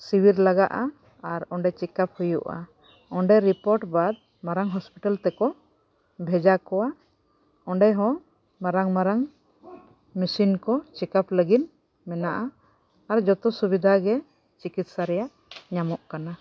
ᱥᱤᱵᱤᱨ ᱞᱟᱜᱟᱜᱼᱟ ᱟᱨ ᱚᱸᱰᱮ ᱦᱩᱭᱩᱜᱼᱟ ᱚᱸᱰᱮ ᱵᱟᱫᱽ ᱢᱟᱨᱟᱝ ᱛᱮᱠᱚ ᱵᱷᱮᱡᱟ ᱠᱚᱣᱟ ᱚᱸᱰᱮ ᱦᱚᱸ ᱢᱟᱨᱟᱝᱼᱢᱟᱨᱟᱝ ᱠᱚ ᱞᱟᱹᱜᱤᱫ ᱢᱮᱱᱟᱜᱼᱟ ᱟᱨ ᱡᱚᱛᱚ ᱥᱩᱵᱤᱫᱷᱟ ᱜᱮ ᱪᱤᱠᱤᱛᱥᱟ ᱨᱮᱭᱟᱜ ᱧᱟᱢᱚᱜ ᱠᱟᱱᱟ